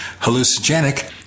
hallucinogenic